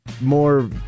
more